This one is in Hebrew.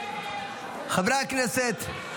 חברי הכנסת,